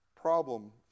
Problem